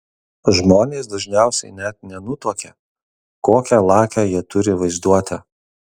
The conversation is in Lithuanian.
žmonės dažniausiai net nenutuokia kokią lakią jie turi vaizduotę